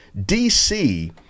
DC